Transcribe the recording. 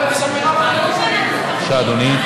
וזה ההקשר שבו אנחנו צריכים לראות גם את עניין ח'אן אל-אחמר,